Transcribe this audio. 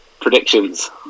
Predictions